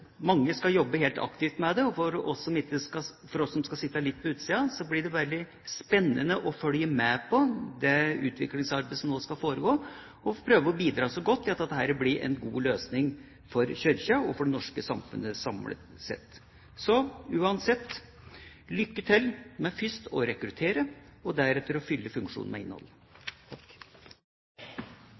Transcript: mange jobbe aktivt med dette. For oss som sitter litt på utsida, blir det spennende å følge med på det utviklingsarbeidet som nå skal foregå, og vi får prøve å bidra til at dette blir en god løsning for Kirka og for det norske samfunnet samlet sett. Uansett: Lykke til med først å rekruttere og deretter å fylle funksjonen med innhold.